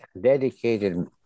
dedicated